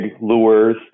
lures